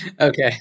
Okay